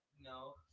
no